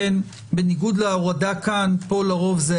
בניגוד להורדה כאן פה לרוב זה